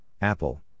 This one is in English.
Apple